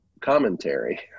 commentary